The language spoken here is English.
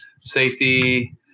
Safety